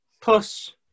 plus